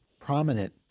prominent